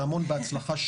והמון בהצלחה,